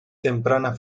temprana